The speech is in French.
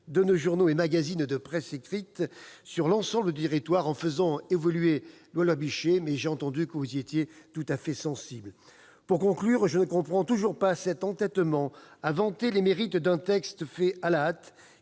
de nos journaux et magazines de presse écrite sur l'ensemble du territoire, en faisant évoluer la loi Bichet, mais j'ai entendu que vous y étiez tout à fait sensible. Pour conclure, je ne comprends toujours pas cet entêtement à vanter les mérites d'un texte fait à la hâte,